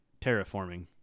terraforming